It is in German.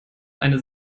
eine